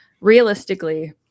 realistically